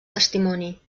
testimoni